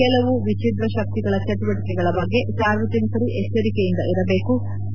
ಕೆಲವು ವಿಚಿದ್ರ ಶಕ್ತಿಗಳ ಚಟುವಟಿಕೆಗಳ ಬಗ್ಗೆ ಸಾರ್ವಜನಿಕರು ಎಚ್ಚರಿಕೆಯಿಂದ ಇರಬೇಕು ಳು